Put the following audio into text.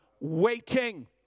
waiting